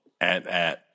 Atat